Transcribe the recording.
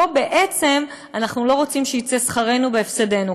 פה אנחנו לא רוצים שיצא שכרנו בהפסדנו.